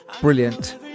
brilliant